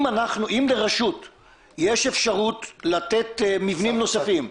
אם ברשות יש אפשרות לתת מבנים נוספים,